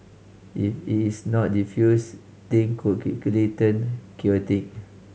if it is not defused thing could quickly turn chaotic